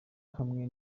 hamwe